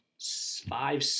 five